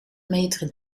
meter